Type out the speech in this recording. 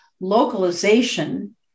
localization